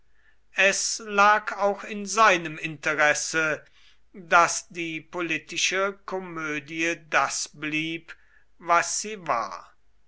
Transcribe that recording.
es lag auch in seinem interesse daß die politische komödie das blieb was sie war